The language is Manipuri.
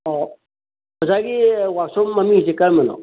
ꯑꯣ ꯑꯣꯖꯥꯒꯤ ꯋꯥꯛꯁꯣꯞ ꯃꯃꯤꯡꯁꯦ ꯀꯔꯝꯕꯅꯣ